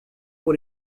pour